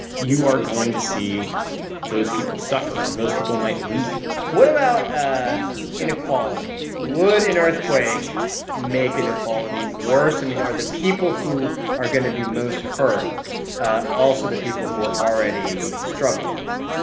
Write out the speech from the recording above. you are going to see those people suffer. and those people might leave what about ah inequality? would an earthquake make inequality worse? i mean, are the people who are going to be most hurt ah also the people who are already struggling more?